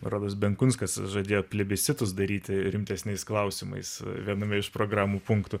rodos benkunskas žadėjo plebiscitus daryti rimtesniais klausimais a viename iš programų punktų